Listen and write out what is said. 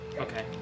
Okay